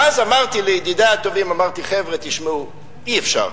ואז אמרתי לידידי הטובים: חבר'ה, תשמעו, אי-אפשר.